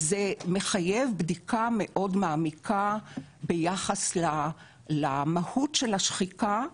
זה מחייב בדיקה מאוד מעמיקה ביחס למהות של השחיקה,